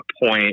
point